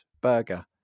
burger